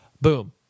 boom